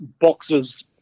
boxes